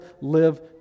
live